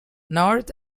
north